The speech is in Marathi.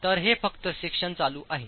तर हे फक्त सेक्शन चालू आहे